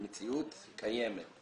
זו מציאות קיימת.